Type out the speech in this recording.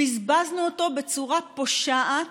בזבזנו אותו בצורה פושעת,